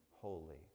holy